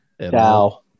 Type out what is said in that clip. Dow